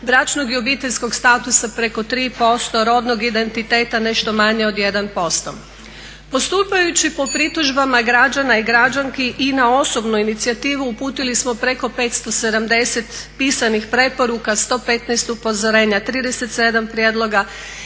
bračnog i obiteljskog statusa preko 3%, rodnog identiteta nešto manje od 1%. Postupajući po pritužbama građana i građanki i na osobnu inicijativu uputili smo preko 570 pisanih preporuka, 115 upozorenja, 37 prijedloga,